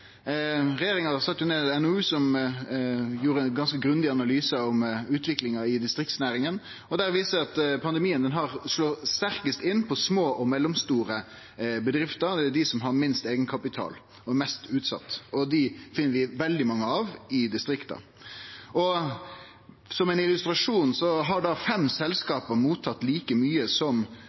Regjeringa sette ned eit NOU-utval som gjorde ein ganske grundig analyse av utviklinga i distriktsnæringane, og den viser at pandemien slår sterkast inn på små og mellomstore bedrifter. Det er dei som har minst eigenkapital og er mest utsett, og dei finn vi veldig mange av i distrikta. Og som ein illustrasjon: Fem selskap har mottatt like mykje som 27 000 småbedrifter til saman, som